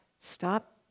stop